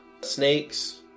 snakes